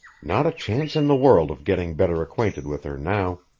not a chance in the world of getting better acquainted with her now.